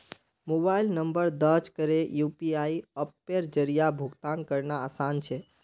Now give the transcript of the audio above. mobile number दर्ज करे UPI अप्पेर जरिया भुगतान करना आसान छे